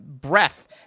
breath